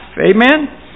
Amen